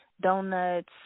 donuts